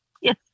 yes